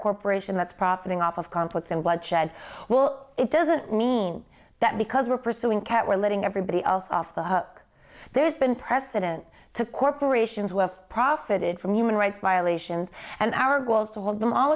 corporation that's profiting off of conflicts and bloodshed well it doesn't mean that because we're pursuing kat we're letting everybody else off the hook there's been precedent to corporations who have profited from human rights violations and our goal is to hold them all